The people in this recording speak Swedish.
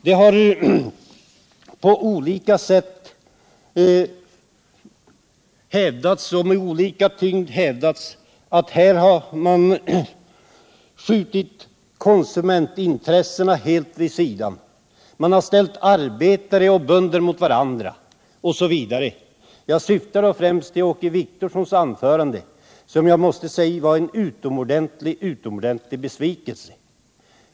Det har på olika sätt och med olika tyngd hävdats, att konsumentintressena helt skjutits åt sidan, man har ställt arbetare och bönder mot varandra osv. Jag syftar här främst 7n på Åke Wictorssons anförande, som var en utomordentlig besvikelse.